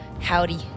Howdy